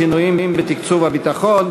שינויים בתקציב הביטחון),